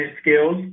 skills